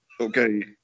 Okay